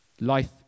Life